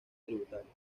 tributario